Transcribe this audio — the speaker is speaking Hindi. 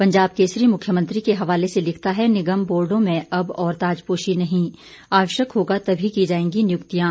पंजाब केसरी मुख्यमंत्री के हवाले से लिखता है निगम बोर्डो में अब और ताजपोशी नहीं आवश्यक होगा तभी की जाएंगी नियुक्तियां